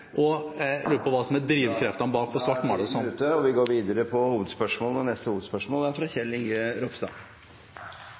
Jeg lurer på hva som er drivkreftene bak et sånt resonnement. Taletiden er ute. Vi går videre til neste hovedspørsmål. Mars måned i år var den varmeste marsmåneden som er